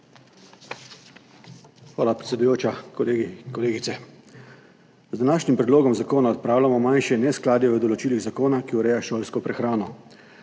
Hvala, predsedujoča. Kolegi in kolegice! Z današnjim predlogom zakona odpravljamo manjše neskladje v določilih zakona, ki ureja šolsko prehrano.